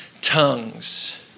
tongues